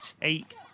take